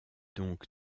donc